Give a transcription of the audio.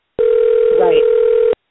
Right